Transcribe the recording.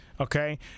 Okay